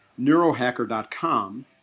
neurohacker.com